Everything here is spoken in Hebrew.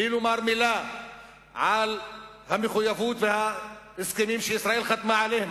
בלי לומר מלה על ההסכמים שישראל חתמה עליהם,